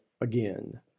again